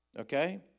Okay